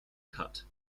cut